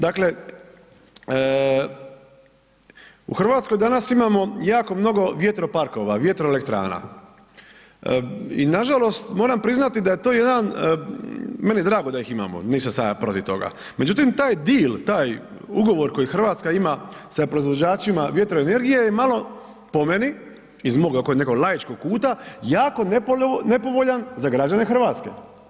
Dakle u Hrvatskoj danas imamo jako mnogo vjetro parkova, vjetroelektrana i nažalost moram priznati da je to jedan, meni je drago da ih imamo nisam ja sada protiv toga, međutim taj diel taj ugovor koji Hrvatska ima sa proizvođačima vjetroenergije je malo po meni iz mog nekog laičkog kuta, jako nepovoljan za građane Hrvatske.